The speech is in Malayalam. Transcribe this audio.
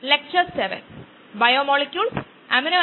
അതിനാൽ അതിനുശേഷം മെറ്റീരിയലുമായി തുടരാം